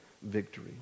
victory